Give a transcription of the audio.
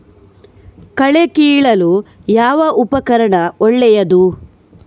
ಕಳೆ ಕೀಳಲು ಯಾವ ಉಪಕರಣ ಒಳ್ಳೆಯದು?